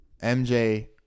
MJ